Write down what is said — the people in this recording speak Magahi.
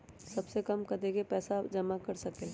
सबसे कम कतेक पैसा जमा कर सकेल?